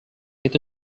itu